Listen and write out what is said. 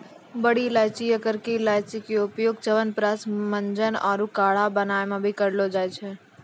बड़ी इलायची या करकी इलायची के उपयोग च्यवनप्राश, मंजन आरो काढ़ा बनाय मॅ भी करलो जाय छै